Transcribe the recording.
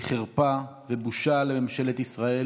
היא חרפה ובושה לממשלת ישראל.